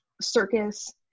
circus